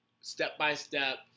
step-by-step